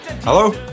Hello